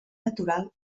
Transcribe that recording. natural